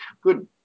good